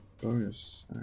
Bonus